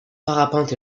parapente